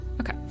Okay